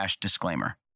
disclaimer